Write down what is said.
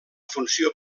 funció